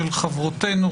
של חברותינו,